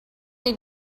they